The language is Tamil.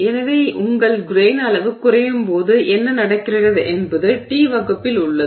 எனவே உங்கள் கிரெய்ன் அளவு குறையும் போது என்ன நடக்கிறது என்பது டி வகுப்பில் உள்ளது